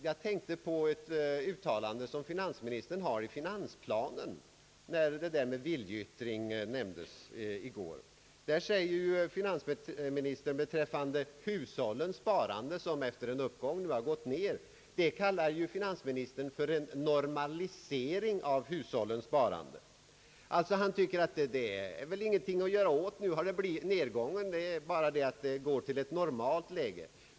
Hans uttalande kom mig att tänka på en passus i finansplanen. Där konstateras att hushållens sparande efter en uppgång nu har minskat, och det kallar finansministern en »normalisering» av hushållens sparande. Det är väl ingenting att göra åt saken, menar han tydligen — nergången innebär bara att sparandet gått till ett normalt läge.